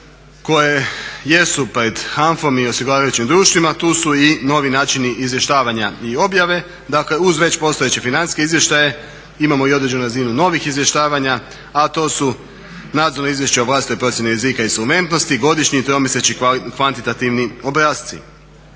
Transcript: koje jesu pred HANFA-om i osiguravajućim društvima tu su i novi načini izvještavanja i objave, dakle uz već postojeće financijske izvještaje imamo i određenu razinu novih izvještavanja a to su nadzorna izvješća o vlastitoj procjeni rizika i solventnosti, godišnji i tromjesečni kvantitativni obrasci.